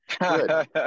Good